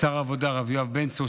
העבודה הרב יואב בן צור,